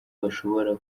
bashobora